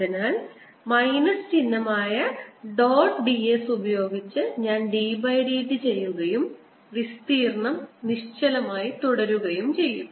അതിനാൽ മൈനസ് ചിഹ്നമായ dot d s ഉപയോഗിച്ച് ഞാൻ ddt ചെയ്യുകയും വിസ്തീർണ്ണം നിശ്ചലമായി തുടരുകയും ചെയ്യും